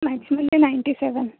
मॅथ्समध्ये नाईंटी सेवन